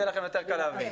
ויהיה לכם יותר קל להבין.